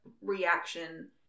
reaction